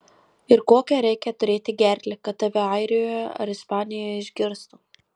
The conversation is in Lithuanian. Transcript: ir kokią reikia turėti gerklę kad tave airijoje ar ispanijoje išgirstų